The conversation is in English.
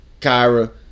Kyra